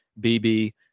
BB